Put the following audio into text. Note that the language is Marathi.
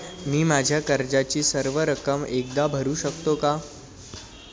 मी माझ्या कर्जाची सर्व रक्कम एकदा भरू शकतो का?